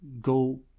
go